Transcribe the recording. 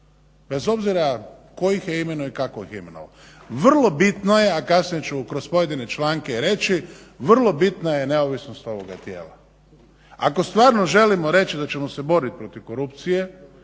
bez obzira tko ih imenuje i kako ih imenovao. Vrlo bitno je a kasnije ću kroz pojedine članke reći, vrlo bitno neovisno s ovoga tijela. Ako stvarno želimo reći da ćemo se boriti protiv korupcije,